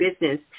business